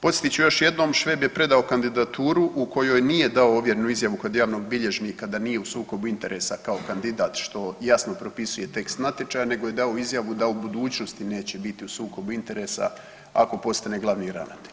Podsjetit ću još jednom, Šveb je predao kandidaturu u kojoj nije dao ovjerenu izjavu kod javnog bilježnika da nije u sukobu interesa kao kandidat što jasno propisuje tekst natječaja nego je dao izjavu da u budućnosti neće biti u sukobu interesa ako postane glavni ravnatelj.